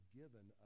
given